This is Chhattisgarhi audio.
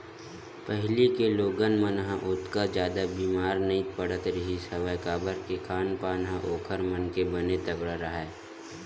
पहिली के लोगन मन ह ओतका जादा बेमारी नइ पड़त रिहिस हवय काबर के खान पान ह ओखर मन के बने तगड़ा राहय